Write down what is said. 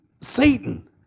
satan